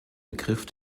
begriff